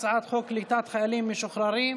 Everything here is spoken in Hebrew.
הצעת חוק קליטת חיילים משוחררים.